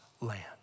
land